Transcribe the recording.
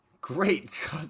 Great